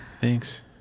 Thanks